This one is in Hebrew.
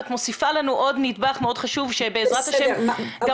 את מוסיפה לנו עוד נדבך מאוד חשוב שבעזרת השם גם